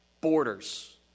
borders